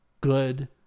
good